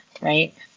right